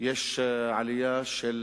יש עלייה של